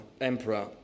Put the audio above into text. emperor